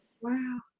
Wow